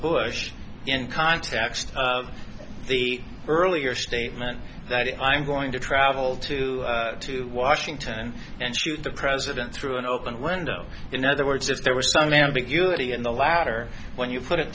bush in context of the earlier statement that i'm going to travel to to washington and shoot the president through an open window in other words if there was some ambiguity in the latter when you put it